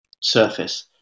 surface